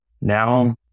now